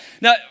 Now